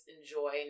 enjoy